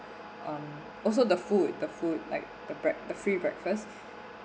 um also the food the food like the break~ the free breakfast